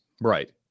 right